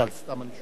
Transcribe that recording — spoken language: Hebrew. סתם אני שואל.